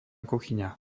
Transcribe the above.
kuchyňa